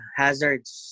hazards